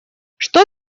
что